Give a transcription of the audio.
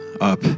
up